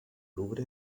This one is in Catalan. louvre